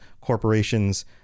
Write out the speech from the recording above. corporations